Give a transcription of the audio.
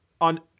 on